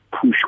push